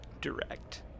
Direct